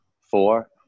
four